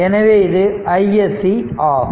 எனவே இது iSC ஆகும்